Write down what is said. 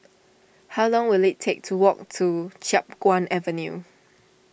how long will it take to walk to Chiap Guan Avenue